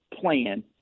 plan